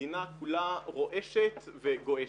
המדינה כולה רועשת וגועשת.